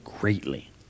greatly